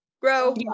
grow